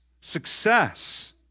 success